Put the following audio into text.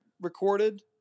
recorded